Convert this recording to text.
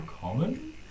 Common